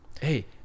Hey